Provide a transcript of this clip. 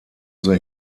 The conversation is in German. the